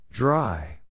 Dry